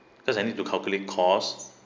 cause I need to calculate cost